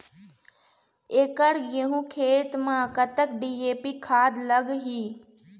एकड़ गेहूं खेत म कतक डी.ए.पी खाद लाग ही?